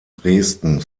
dresden